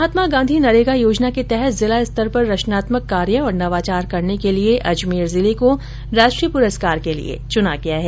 महात्मा गांधी नरेगा योजना के तहत जिला स्तर पर रचनात्मक कार्य और नवाचार करने के लिए अजमेर जिले को राष्ट्रीय प्रस्कार के लिए चुना गया है